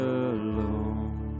alone